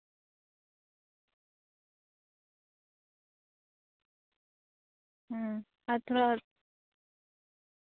ᱦᱩᱸ ᱟᱨ ᱛᱷᱚᱲᱟ